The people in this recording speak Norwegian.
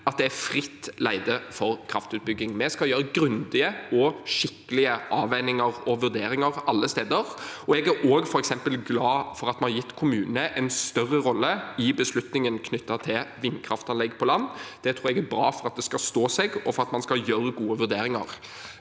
at det er fritt leide for kraftutbygging. Vi skal gjøre grundige og skikkelige avveininger og vurderinger alle steder. Jeg er også glad for at vi har gitt kommunene en større rolle i beslutningen knyttet til vindkraftanlegg på land. Det tror jeg er bra for at det skal stå seg, og for at man skal gjøre gode vurderinger.